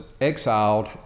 exiled